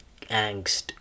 angst